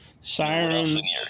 Sirens